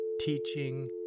teaching